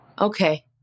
okay